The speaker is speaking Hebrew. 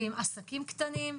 ועם עסקים קטנים,